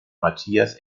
matthias